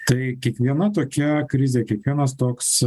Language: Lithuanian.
tai kiekviena tokia krizė kiekvienas toks